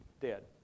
dead